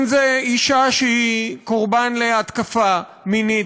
אם זו אישה שהיא קורבן להתקפה מינית,